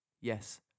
Yes